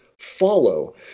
follow